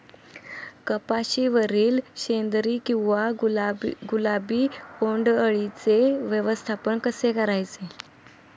कपाशिवरील शेंदरी किंवा गुलाबी बोंडअळीचे व्यवस्थापन कसे करायचे?